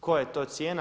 Koja je to cijena?